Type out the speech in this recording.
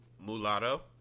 Mulatto